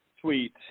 tweet